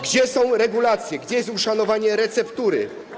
Gdzie są regulacje, gdzie jest uszanowanie receptury?